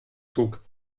zug